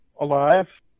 alive